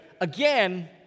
again